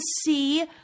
see